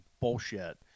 bullshit